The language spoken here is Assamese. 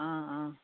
অঁ অঁ